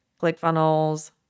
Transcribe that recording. ClickFunnels